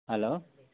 hello